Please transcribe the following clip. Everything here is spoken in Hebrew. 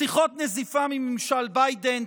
שיחות נזיפה מממשל ביידן,